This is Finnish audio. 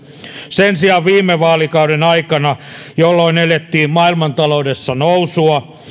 sen sijaan viime vaalikauden aikana jolloin elettiin maailmantaloudessa nousua